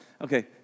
Okay